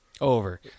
Over